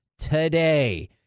Today